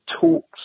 talks